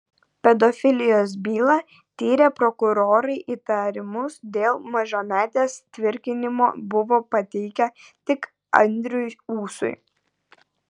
pedofilijos bylą tyrę prokurorai įtarimus dėl mažametės tvirkinimo buvo pateikę tik andriui ūsui